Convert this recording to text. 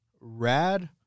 Rad